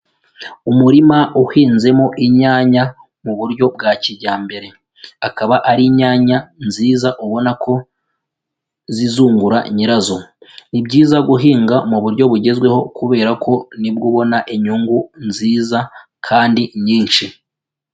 Umurima uhinzemo inyanya mu buryo bwa kijyambere, akaba ari inyanya nziza ubona ko zizungura nyirazo, ni byiza guhinga mu buryo bugezweho kubera ko nibwo ubona inyungu nziza kandi nyinshi.